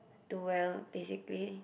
do well basically